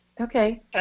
Okay